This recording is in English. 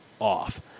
off